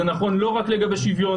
זה נכון לא רק לגבי שוויון,